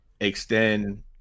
extend